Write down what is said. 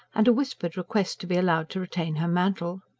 and a whispered request to be allowed to retain her mantle.